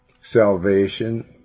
salvation